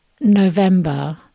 November